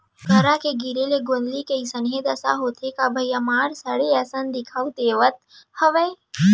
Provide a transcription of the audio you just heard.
करा के गिरे ले गोंदली के अइसने दसा होथे का भइया मार सड़े असन दिखउल देवत हवय